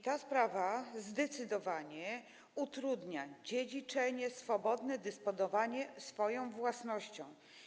Ta sprawa zdecydowanie utrudnia dziedziczenie, swobodne dysponowanie swoją własnością.